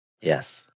Yes